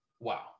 wow